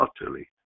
utterly